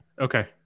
Okay